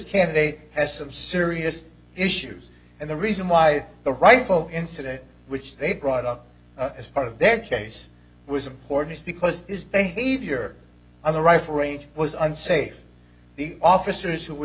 candidate has some serious issues and the reason why the rifle incident which they brought up as part of their case was important because his behavior on the rifle range was unsafe the officers who were